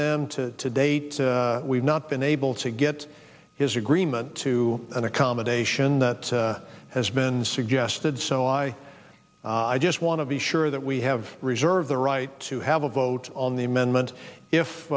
them to to date we've not been able to get his agreement to an accommodation that has been suggested so i i just want to be sure that we have reserve the right to have a vote on the amendment if